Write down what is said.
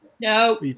No